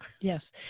Yes